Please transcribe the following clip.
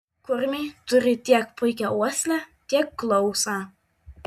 kurmiai turi tiek puikią uoslę tiek klausą